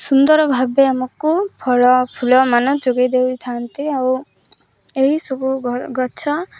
ସୁନ୍ଦର ଭାବେ ଆମକୁ ଫଳ ଫୁଲ ମାନ ଯୋଗେଇ ଦେଇଥାନ୍ତି ଆଉ ଏହିସବୁ ଗଛ